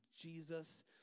Jesus